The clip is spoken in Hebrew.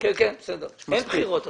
אין בחירות עכשיו.